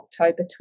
October